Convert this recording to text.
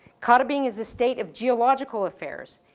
katabing is a state of geological affairs.